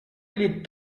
les